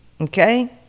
Okay